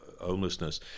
homelessness